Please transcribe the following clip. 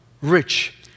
rich